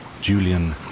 Julian